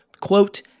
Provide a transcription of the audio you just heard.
quote